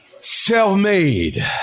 self-made